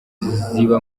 ziba